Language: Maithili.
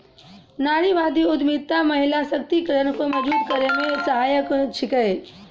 नारीवादी उद्यमिता महिला सशक्तिकरण को मजबूत करै मे सहायक छिकै